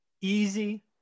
easy